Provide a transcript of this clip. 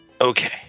okay